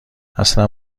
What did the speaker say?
اصلا